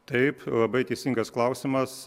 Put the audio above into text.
taip labai teisingas klausimas